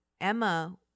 Emma